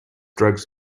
drugs